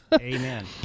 Amen